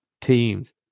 teams